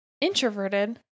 Introverted